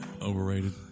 overrated